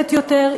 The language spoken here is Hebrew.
והכואבת יותר,